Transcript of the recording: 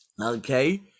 okay